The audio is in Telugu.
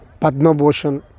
పద్మ భూషణ్